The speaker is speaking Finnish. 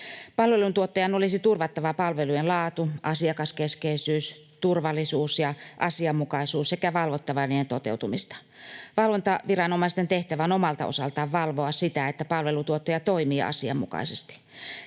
Palveluntuottajan olisi turvattava palvelujen laatu, asiakaskeskeisyys, turvallisuus ja asianmukaisuus sekä valvottava niiden toteutumista. Valvontaviranomaisten tehtävä on omalta osaltaan valvoa sitä, että palveluntuottaja toimii asianmukaisesti.